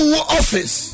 office